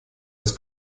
des